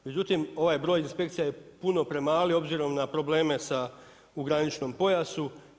Međutim, ovaj broj inspekcija je puno premali obzirom na probleme u graničnom pojasu.